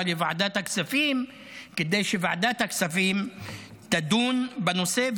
לוועדת הכספים כדי שוועדת הכספים תדון בנושא,